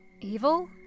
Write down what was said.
Evil